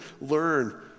learn